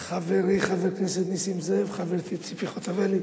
חברי חבר הכנסת נסים זאב, חברתי ציפי חוטובלי,